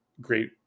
great